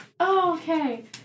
Okay